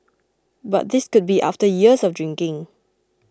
but this could be after years of drinking